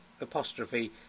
apostrophe